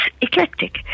eclectic